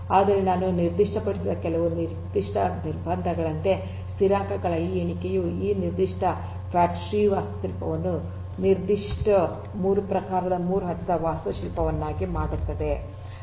ಆದರೆ ನಾನು ನಿರ್ದಿಷ್ಟಪಡಿಸಿದ ಕೆಲವು ನಿರ್ದಿಷ್ಟ ನಿರ್ಬಂಧಗಳಂತೆ ಸ್ಥಿರಾಂಕಗಳ ಈ ಎಣಿಕೆಯು ಈ ನಿರ್ದಿಷ್ಟ ಫ್ಯಾಟ್ ಟ್ರೀ ವಾಸ್ತುಶಿಲ್ಪವನ್ನು ನಿರ್ದಿಷ್ಟ 3 ಪ್ರಕಾರದ 3 ಹಂತದ ವಾಸ್ತುಶಿಲ್ಪವನ್ನಾಗಿ ಮಾಡುತ್ತದೆ